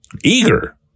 eager